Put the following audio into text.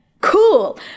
cool